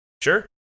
Sure